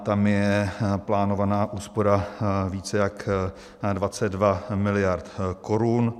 Tam je plánovaná úspora více jak 22 mld. korun.